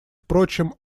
впрочем